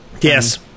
Yes